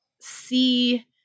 see